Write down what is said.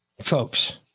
folks